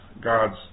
God's